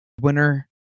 winner